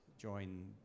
join